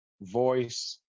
voice